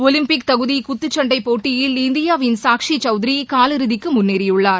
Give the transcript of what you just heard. Olympic தகுதி குத்துச்சண்டை போட்டியில் இந்தியாவின் சாக்ஸி சௌத்திரி கால் இறுதிக்கு முன்னேறியுள்ளார்